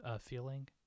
feeling